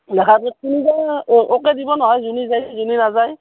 দেখাততো তুমি যাবা না ওকে দিব নহয় যোনে যায় যোনে নাযায়